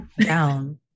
down